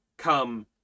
Come